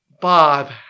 Bob